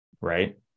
right